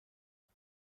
نقش